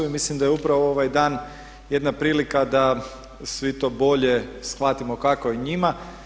I mislim da je upravo ovaj dan jedna prilika da svi to bolje shvatimo kako je njima.